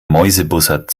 mäusebussard